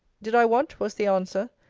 did i want, was the answer,